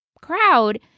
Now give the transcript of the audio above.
crowd